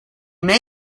may